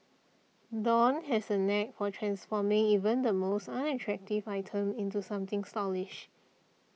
dawn has a knack for transforming even the most unattractive item into something stylish